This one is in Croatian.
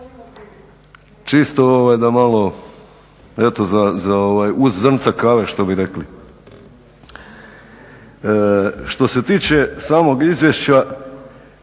čisto da malo uz zrnca kave što bi rekli. Što se tiče samog izvješća